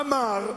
אמר: